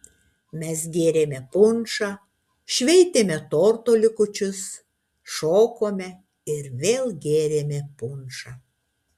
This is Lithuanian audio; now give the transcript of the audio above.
mes gėrėme punšą šveitėme torto likučius šokome ir vėl gėrėme punšą